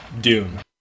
Dune